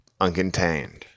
uncontained